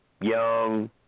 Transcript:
young